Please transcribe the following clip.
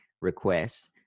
requests